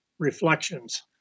reflections